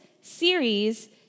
series